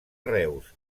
reus